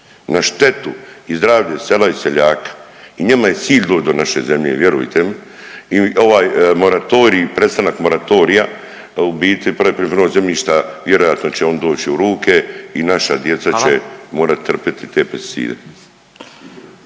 na štetu i zdravlje sela i seljaka i njima je cilj doć do naše zemlje, vjerujte mi i ovaj, moratorij i prestanak moratorija da u biti .../Govornik se ne razumije./... zemljišta vjerojatno će on doći u ruke i naša djeca će morati .../Upadica: